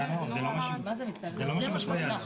והכול ובלבד שלא ניתנה לבנייה,